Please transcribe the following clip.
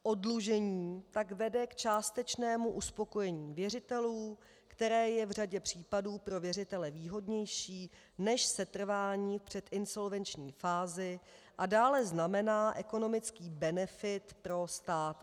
Oddlužení pak vede k částečnému uspokojení věřitelů, které je v řadě případů pro věřitele výhodnější než setrvání v předinsolvenční fázi a dále znamená ekonomický benefit pro stát.